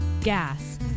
gas